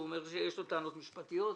הוא אומר שיש לו טענות משפטיות.